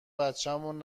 بچمون